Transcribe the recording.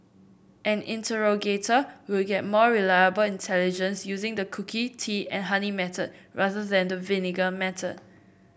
an interrogator will get more reliable intelligence using the cookie tea and honey method rather than the vinegar method